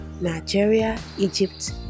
Nigeria-Egypt